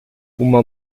uma